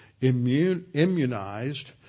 immunized